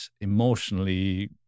emotionally